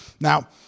Now